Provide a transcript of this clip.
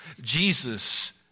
Jesus